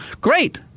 great